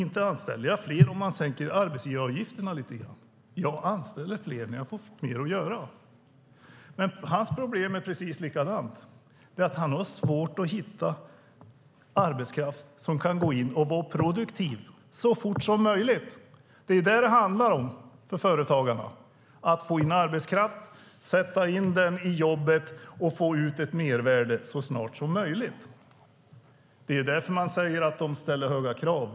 Inte anställer jag fler om man sänker arbetsgivaravgifterna lite grann. Jag anställer fler när jag får mer att göra. Hans problem är precis likadant. Han har svårt att hitta arbetskraft som kan gå in och vara produktiv så fort som möjligt. Det är detta det handlar om för företagarna: att få in arbetskraft, sätta in den i jobbet och få ut ett mervärde så snart som möjligt. Det är därför man säger att de ställer höga krav.